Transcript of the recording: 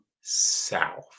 south